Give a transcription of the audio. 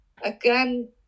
Again